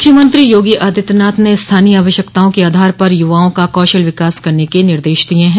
मूख्यमंत्री योगी आदित्यनाथ ने स्थानीय आवश्यकताओं के आधार पर युवाओं का कौशल विकास करने के निर्देश दिये हैं